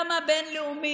גם הבין-לאומי,